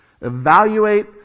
Evaluate